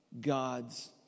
God's